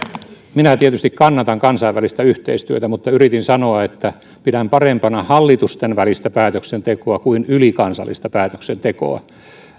minä tietysti kannatan kansainvälistä yhteistyötä mutta yritin sanoa että pidän parempana hallitustenvälistä päätöksentekoa kuin ylikansallista päätöksentekoa